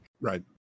Right